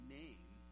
name